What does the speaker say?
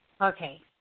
Okay